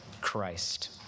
Christ